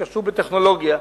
שקשור לטכנולוגיה.